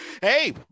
Hey